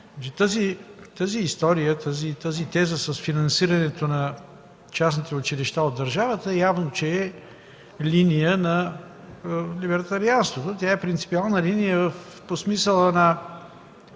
тази теза с финансирането на частните училища от държавата, явно че е линия на либертарианство, тя е принципиална линия по смисъла на